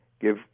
give